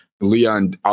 leon